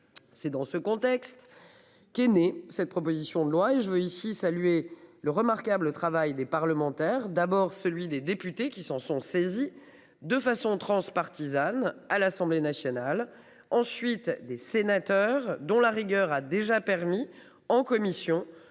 C'est dans ce contexte. Qu'est née cette proposition de loi et je veux ici saluer le remarquable travail des parlementaires. D'abord celui des députés qui s'en sont saisis de façon transpartisane à l'Assemblée nationale. Ensuite des sénateurs dont la rigueur a déjà permis en commission